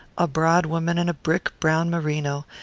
a broad woman in brick-brown merino,